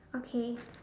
okay